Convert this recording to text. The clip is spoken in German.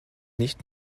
nicht